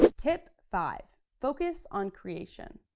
ah tip five, focus on creation.